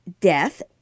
death